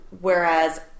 Whereas